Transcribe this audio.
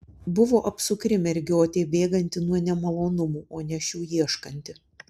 buvo apsukri mergiotė bėganti nuo nemalonumų o ne šių ieškanti